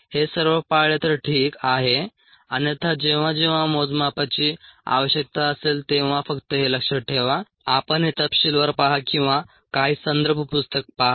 हे सर्व पाळले तर ठीक आहे अन्यथा जेव्हा जेव्हा मोजमापाची आवश्यकता असेल तेव्हा फक्त हे लक्षात ठेवा आपण हे तपशीलवार पहा किंवा काही संदर्भ पुस्तक पहा